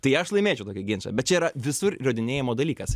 tai aš laimėčiau tokį ginčą bet čia yra visur įrodinėjimo dalykas